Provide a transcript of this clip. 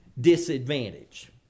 disadvantage